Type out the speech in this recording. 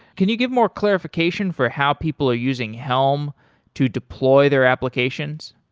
can you give more clarification for how people are using helm to deploy their applications?